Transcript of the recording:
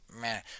man